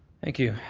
thank you.